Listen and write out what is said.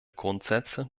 grundsätze